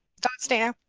thoughts dana.